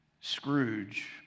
Scrooge